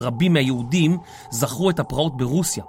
רבים מהיהודים זכרו את הפרעות ברוסיה.